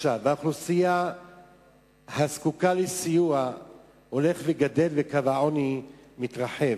האוכלוסייה הזקוקה לסיוע הולכת וגדלה וקו העוני מתרחב.